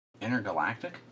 Intergalactic